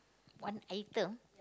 one item